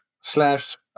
slash